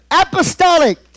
apostolic